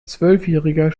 zwölfjähriger